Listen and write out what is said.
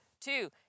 Two